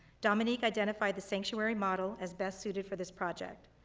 dominique identified the sanctuary model as best suited for this project.